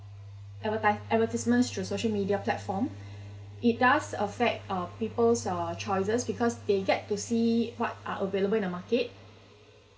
advertise advertisements through social media platform it does affect uh people's uh choices because they get to see what are available in the market